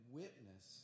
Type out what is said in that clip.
witness